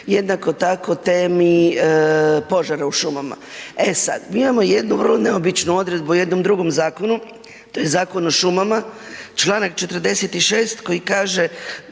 jednako tako temi požara u šumama. E sad, mi imao jednu vrlo neobičnu odredbu u jednom drugom zakonu, to je Zakon o šumama Članak 46. koji kaže